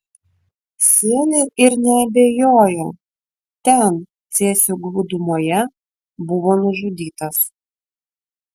sėliai ir neabejojo ten cėsių glūdumoje buvo nužudytas